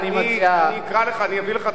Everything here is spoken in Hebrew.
אני אומר באיזו רשת.